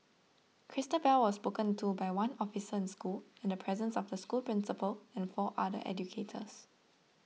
Christabel was spoken to by one officer in school in the presence of the school principal and four other educators